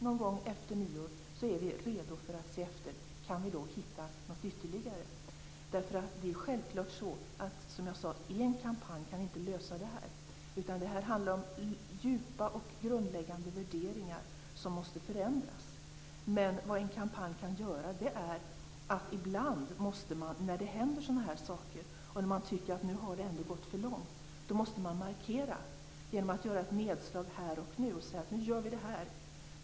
Någon gång efter nyår är vi redo att se efter om vi kan hitta något ytterligare. Det är självfallet så att en kampanj inte kan lösa detta, som jag sade. Här handlar det om djupa och grundläggande värderingar som måste förändras. Men ibland, när det händer sådana här saker och när man tycker att det ändå har gått för långt, måste man markera genom att göra ett nedslag här och nu och göra t.ex. en kampanj.